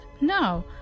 no